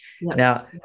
Now